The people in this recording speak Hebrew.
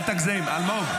אל תגזים, אלמוג.